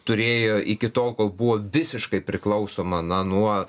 turėjo iki tol kol buvo visiškai priklausoma na nuo